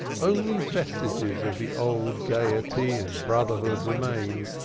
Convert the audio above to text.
only vestiges of the old gaiety and brotherhood remained